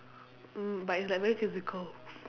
mm but it's like very physical